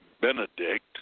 Benedict